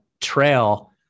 trail